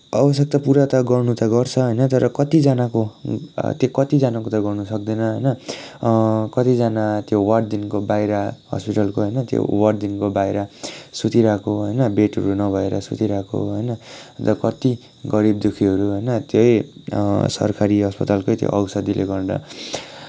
आवश्यकता पुरा त गर्नु त गर्छ होइन तर कतिजनाको त्यो कतिजनाको त गर्नु सक्दैन होइन कतिजना त्यो वार्डदेखि बाहिर हस्पिटलको होइन त्यो वार्डदेखि बाहिर सुतिरहेको होइन बेडहरू नभएर सुतिरहेको होइन अन्त कति गरीब दुःखीहरू होइन त्यही सरकारी अस्पतालकै त्यो औषधिले गर्दा